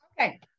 okay